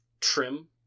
trim